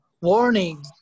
warning